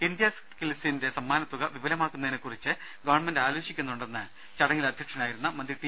India സ്കിൽസിന്റെ സമ്മാനത്തുക വിപുലമാക്കുന്നതിനെക്കുറിച്ച് ഗവൺമെന്റ് ആലോചിക്കുന്നുണ്ടെന്ന് ചടങ്ങിൽ അധ്യക്ഷനായിരുന്ന മന്ത്രി ടി